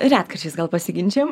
retkarčiais gal pasiginčijam